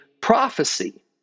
prophecy